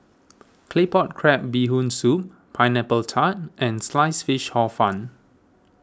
Claypot Crab Bee Hoon Soup Pineapple Tart and Sliced Fish Hor Fun